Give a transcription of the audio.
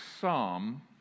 psalm